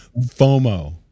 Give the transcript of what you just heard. FOMO